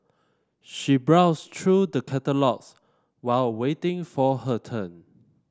she browsed trough the catalogues while waiting for her turn